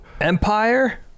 Empire